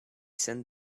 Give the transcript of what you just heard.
sent